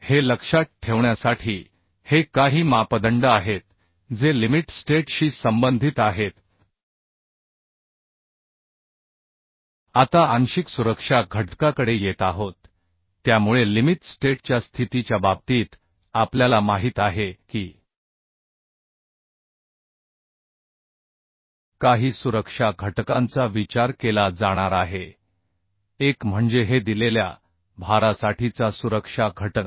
हे लक्षात ठेवण्यासाठी हे काही मापदंड आहेत जे लिमिट स्टेट शी संबंधित आहेत आता आंशिक सुरक्षा घटकाकडे येत आहोत त्यामुळे लिमित स्टेट च्या स्थितीच्या बाबतीत आपल्याला माहित आहे की काही सुरक्षा घटकांचा विचार केला जाणार आहे एक म्हणजे हे दिलेल्या भारासाठीचा सुरक्षा घटक